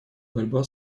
борьба